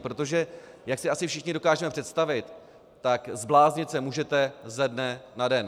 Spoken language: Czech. Protože jak si asi všichni dokážeme představit, zbláznit se můžete ze dne na den.